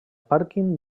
pàrquing